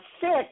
six